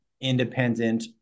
independent